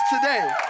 today